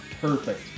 perfect